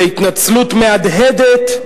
להתנצלות מהדהדת,